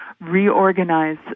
reorganize